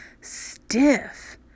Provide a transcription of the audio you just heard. stiff